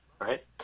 right